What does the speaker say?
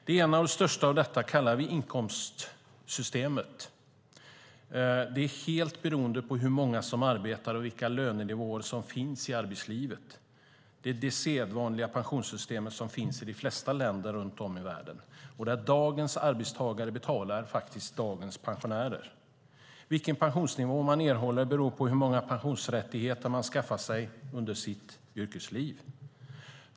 Det största av dessa system, det som vi kallar inkomstsystemet, är helt beroende av hur många som arbetar och vilka lönenivåer som finns i arbetslivet. Det är det sedvanliga pensionssystem som finns i de flesta länder runt om i världen och där dagens arbetstagare betalar för dagens pensionärer. Vilken pensionsnivå man erhåller beror på hur många pensionsrättigheter man skaffade sig under sitt yrkesliv.